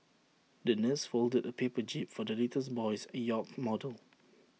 the nurse folded A paper jib for the little boy's yacht model